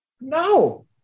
No